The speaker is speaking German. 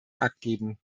abgeben